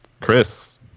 Chris